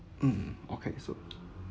mm okay so